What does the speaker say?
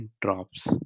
drops